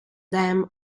them